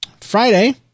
Friday